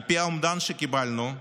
על פי האומדן שקיבלנו,